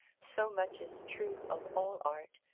so much is true of all art,